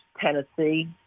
Tennessee